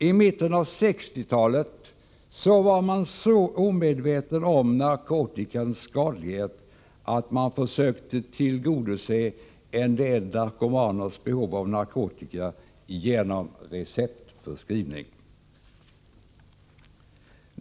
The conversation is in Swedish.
I mitten av 1960-talet var man så omedveten om narkotikans skadlighet att man försökte tillgodose en del narkomaners behov av narkotika genom receptförskrivning.